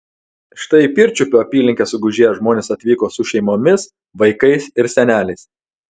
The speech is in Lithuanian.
štai į pirčiupių apylinkes sugužėję žmonės atvyko su šeimomis vaikais ir seneliais